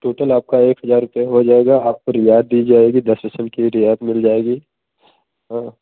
total आपका एक हज़ार रुपए हो जाएगा आपको रियायत दी जाएगी दस परसेंट की रियायत मिल जाएगी और